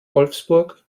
wolfsburg